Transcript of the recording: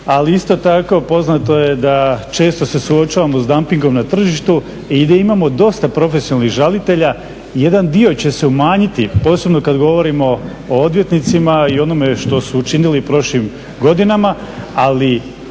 Ali isto tako poznato je da se često suočavamo sa dampingom na tržištu i da imamo dosta profesionalnih žalitelja. Jedan dio će se umanjiti, posebno kada govorimo o odvjetnicima i o onome što su učinili u prošlim godinama, ali